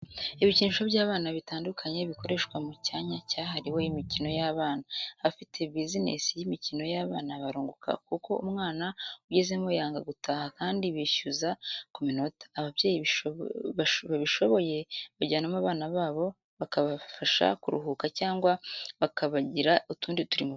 Ibikinisho by'abana bitandukanye bikoreshwa mu cyanya cyahariwe imikino y'abana. Abafite bizinesi y'imikino y'abana barunguka kuko umwana ugezemo yanga gutaha kandi bishyuza ku minota. Ababyeyi bishoboye bajyanamo abana na bo bakabasha kuruhuka cyangwa bakagira utundi turimo bakora.